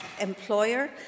employer